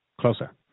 closer